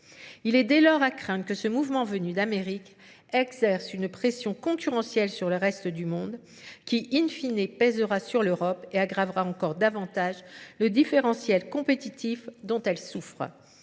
Il est dès lors à craindre que ce mouvement venu d'Amérique exerce une pression concurrentielle sur le reste du monde, qui in fine pèsera sur l'Europe et aggravera encore davantage le différentiel compétitif dont elle souffre.